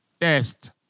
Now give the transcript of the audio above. Test